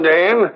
Dan